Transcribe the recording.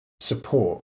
support